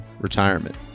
retirement